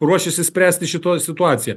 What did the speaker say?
ruošiasi spręsti šito situaciją